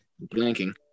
Blinking